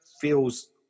feels